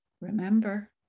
remember